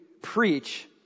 preach